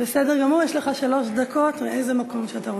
בסדר גמור, יש לך שלוש דקות מאיזה מקום שאתה רוצה.